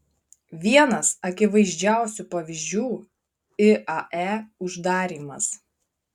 vienas akivaizdžiausių pavyzdžių iae uždarymas